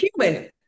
human